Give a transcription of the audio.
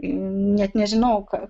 net nežinau ką